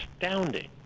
astounding